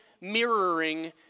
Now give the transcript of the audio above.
mirroring